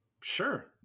Sure